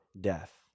death